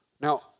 Now